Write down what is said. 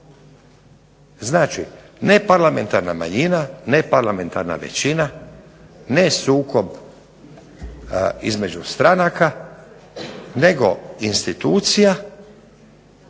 Znači, ne parlamentarna manjina, ne parlamentarna većina, ne sukob između stranaka nego institucija